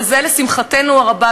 וזה לשמחתנו הרבה,